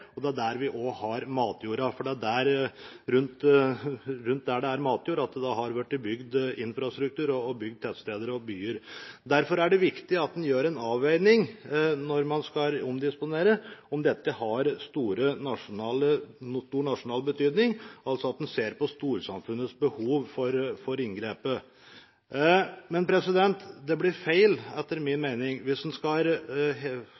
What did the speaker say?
Det er også der vi har matjorda. Det er rundt der det er matjord, at det har vært bygd infrastruktur, tettsteder og byer. Derfor er det viktig at man gjør en avveining når man skal omdisponere – om dette har stor nasjonal betydning – at en ser på storsamfunnets behov for inngrepet. Men det blir etter min